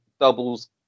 doubles